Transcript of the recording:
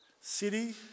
City